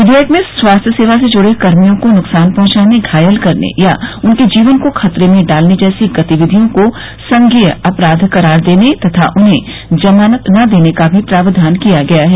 विधेयक में स्वास्थ्य सेवा से जुड़े कर्मियों को नुकसान पहुंचाने घायल करने या उनके जीवन को खतरे में डालने जैसी गतिविधियों को संज्ञेय अपराध करार देने तथा उन्हें जमानत न देने का भी प्रावधान किया गया है